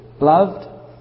Loved